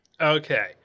Okay